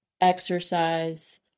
exercise